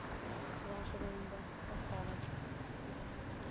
rush पेई जंदा हस्पतालें च